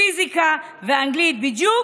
פיזיקה ואנגלית, בדיוק